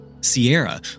Sierra